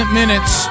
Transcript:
minutes